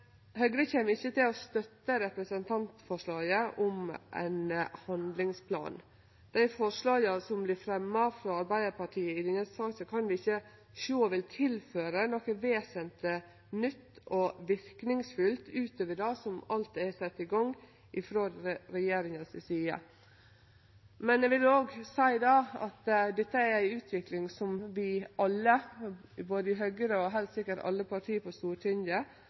Høgre kjem ikkje til å støtte representantforslaget om ein handlingsplan. Dei forslaga som vert fremja frå Arbeidarpartiet i denne saka, kan vi ikkje sjå vil tilføre noko vesentleg nytt og verknadsfullt utover det som alt er sett i gang frå regjeringa si side. Men eg vil òg seie at dette er ei utvikling som vi alle, i både Høgre og heilt sikkert alle parti på Stortinget,